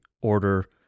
order